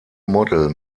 model